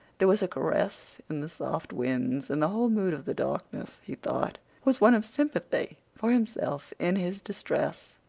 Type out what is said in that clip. there was a caress in the soft winds and the whole mood of the darkness, he thought, was one of sympathy for himself in his distress.